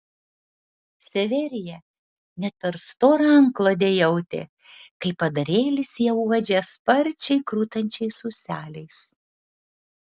severija net per storą antklodę jautė kaip padarėlis ją uodžia sparčiai krutančiais ūseliais